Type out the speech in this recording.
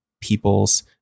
people's